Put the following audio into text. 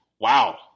Wow